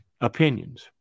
opinions